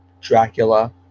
Dracula